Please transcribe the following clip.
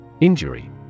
Injury